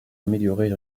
améliorer